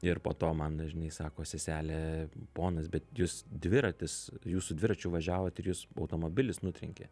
ir po to man žinai sako seselė ponas bet jūs dviratis jūs su dviračiu važiavot ir jus automobilis nutrenkė